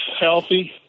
healthy